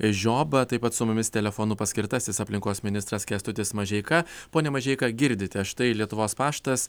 žioba taip pat su mumis telefonu paskirtasis aplinkos ministras kęstutis mažeika pone mažeika girdite štai lietuvos paštas